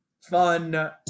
fun